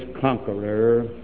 conqueror